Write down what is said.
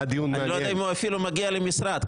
אני לא יודע אם הוא אפילו מגיע למשרד,